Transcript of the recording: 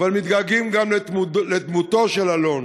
אבל מתגעגעים גם לדמותו של אלון,